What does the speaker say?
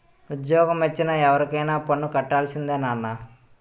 ఉజ్జోగమొచ్చిన ఎవరైనా పన్ను కట్టాల్సిందే నాన్నా